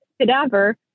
cadaver